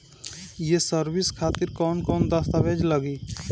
ये सर्विस खातिर कौन कौन दस्तावेज लगी?